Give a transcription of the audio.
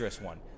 one